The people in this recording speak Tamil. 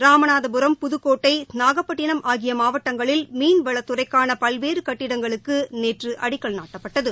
ராமநாதபுரம் புதுக்கோட்டை நாகப்பட்டினம் ஆகிய மாவட்டங்களில் மீன்வளத்துறைக்கான பல்வேறு கட்டிடங்களுக்கு நேற்று அடிக்கல் நாட்டப்பட்டது